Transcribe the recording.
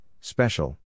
special